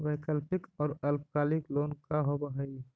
वैकल्पिक और अल्पकालिक लोन का होव हइ?